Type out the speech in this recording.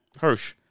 Hirsch